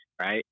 Right